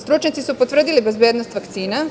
Stručnjaci su potvrdili bezbednost vakcina.